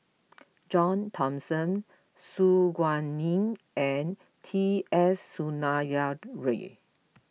John Thomson Su Guaning and T S Sinnathuray